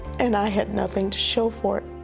and i had nothing to show for it.